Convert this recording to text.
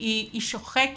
היא שוחקת.